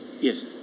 Yes